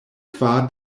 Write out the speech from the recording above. kvar